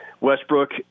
Westbrook